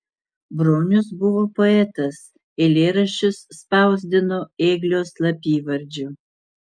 bronius buvo poetas eilėraščius spausdino ėglio slapyvardžiu